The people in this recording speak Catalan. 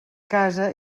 casa